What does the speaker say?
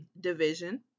Division